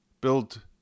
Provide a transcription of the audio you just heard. build